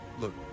look